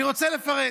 אני רוצה לפרט.